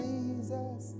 Jesus